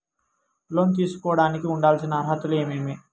లోను తీసుకోడానికి ఉండాల్సిన అర్హతలు ఏమేమి?